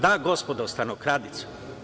Da, gospodo, stanokradica.